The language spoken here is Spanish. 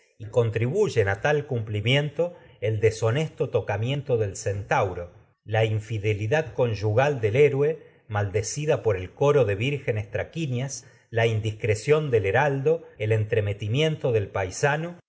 buyen miento a tal cumplimiento el deshonesto del centauro la infidelidad conyugal del héroe maldecida por el coro de vírgenes traquinias la indiscreción del del heraldo el entremeti miento paisano y